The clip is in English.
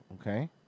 Okay